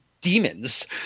demons